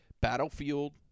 Battlefield